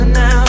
now